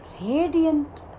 radiant